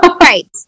Right